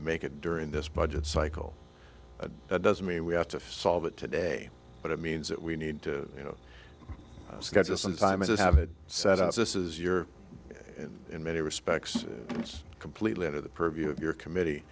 to make it during this budget cycle and that doesn't mean we have to solve it today but it means that we need to you know schedule some time as i have it set up this is your and in many respects it's completely under the purview of your committee